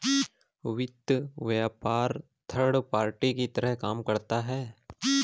वित्त व्यापार third party की तरह काम करता है